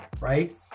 right